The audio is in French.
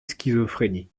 schizophrénie